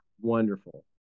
wonderful